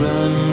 Run